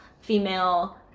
female